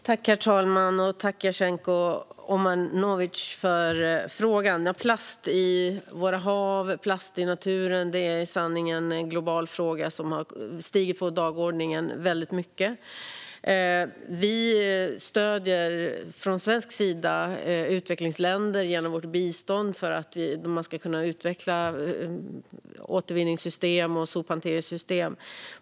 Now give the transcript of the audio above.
Herr talman! Jag tackar Jasenko Omanovic för frågan. Plast i våra hav och i naturen är en global fråga som har hamnat mycket högre upp på dagordningen. Från svensk sida stöder vi utvecklingsländer genom vårt bistånd för att de ska kunna utveckla återvinningssystem och sophanteringssystem.